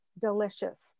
delicious